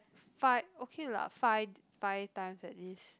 five okay lah five five times at least